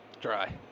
Dry